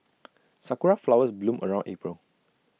Sakura Flowers bloom around April